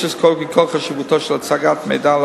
יש לזכור כי כל חשיבותה של הצגת מידע על